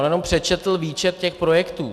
On jenom přečetl výčet těch projektů.